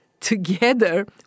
together